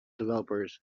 developers